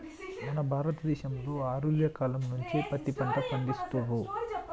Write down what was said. మన భారత దేశంలో ఆర్యుల కాలం నుంచే పత్తి పంట పండిత్తుర్రు